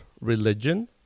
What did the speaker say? religion